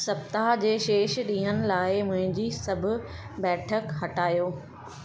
सप्ताह जे शेष ॾींहनि लाइ मुंहिंजी सभु बैठक हटायो